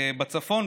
בצפון,